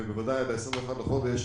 ובוודאי עד ה-21 בחודש,